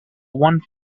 one